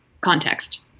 context